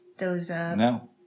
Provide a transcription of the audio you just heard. No